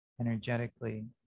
energetically